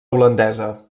holandesa